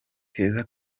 keza